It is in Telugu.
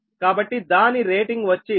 కాబట్టి దాన్ని రేటింగ్ వచ్చి 13